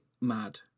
mad